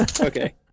Okay